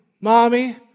mommy